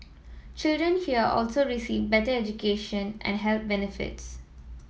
children here also receive better education and health benefits